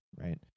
right